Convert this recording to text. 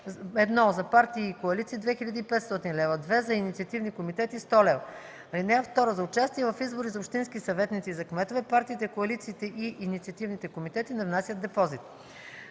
1. за партии и коалиции - 2 500 лв.; 2. за инициативни комитети – 100 лв. (2) За участие в избори за общински съветници и за кметове партиите, коалициите и инициативните комитети не внасят депозит.”